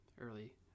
early